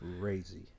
crazy